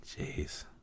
Jeez